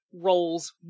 roles